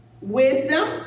wisdom